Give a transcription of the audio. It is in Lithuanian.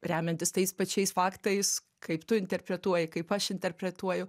remiantis tais pačiais faktais kaip tu interpretuoji kaip aš interpretuoju